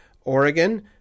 Oregon